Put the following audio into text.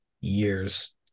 years